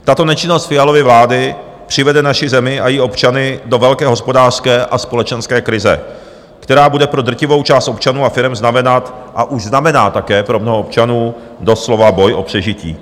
Tato nečinnost Fialovy vlády přivede naši zemi a její občany do velké hospodářské a společenské krize, která bude pro drtivou část občanů a firem znamenat, a už znamená také pro mnoho občanů, doslova boj o přežití.